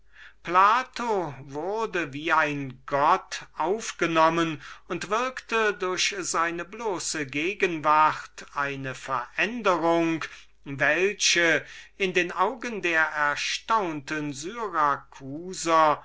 plato wurde wie ein gott aufgenommen und würkte durch seine bloße gegenwart eine veränderung welche in den augen der erstaunten